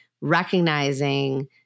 recognizing